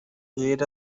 غیر